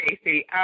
Stacey